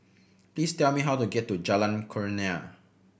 please tell me how to get to Jalan Kurnia